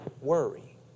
worry